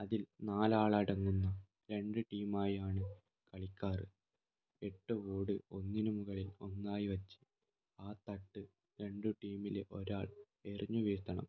അതിൽ നാലാളടങ്ങുന്ന രണ്ട് ടീമായാണ് കളിക്കാറ് എട്ട് ഓട് ഒന്നിന് മുകളിൽ ഒന്നായി വച്ച് ആ തട്ട് രണ്ട് ടീമിലെ ഒരാൾ എറിഞ്ഞ് വീഴ്ത്തണം